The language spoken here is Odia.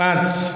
ପାଞ୍ଚ